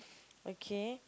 okay